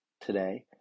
today